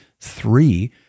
Three